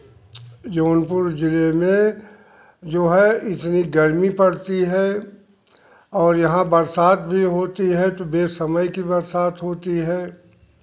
जौनपुर जिले में जो है इतनी गर्मी पड़ती है और यहाँ बरसात भी होती है तो बे समय की बरसात होती है